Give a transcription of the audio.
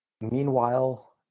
Meanwhile